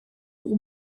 pour